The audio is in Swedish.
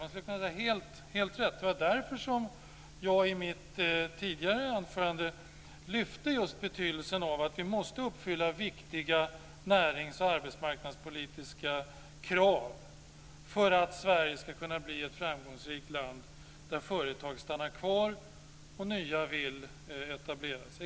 Man skulle kunna säga att det är helt rätt. Det var därför som jag i mitt tidigare anförande lyfte fram betydelsen av att vi måste uppfylla viktiga närings och arbetsmarknadspolitiska krav för att Sverige ska kunna bli ett framgångsrikt land där företag stannar kvar och där nya vill etablera sig.